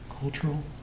cultural